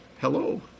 hello